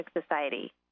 Society